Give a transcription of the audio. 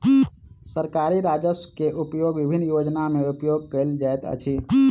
सरकारी राजस्व के उपयोग विभिन्न योजना में उपयोग कयल जाइत अछि